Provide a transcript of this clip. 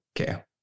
okay